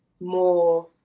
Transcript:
more